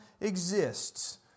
exists